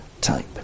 type